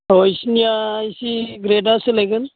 औ बिसोरनिया एसे ग्रेडआ सोलायगोन